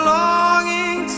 longing